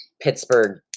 Pittsburgh